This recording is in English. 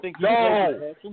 No